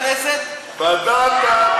26 חברי הכנסת, לביקורת המדינה,